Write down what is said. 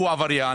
הוא עבריין,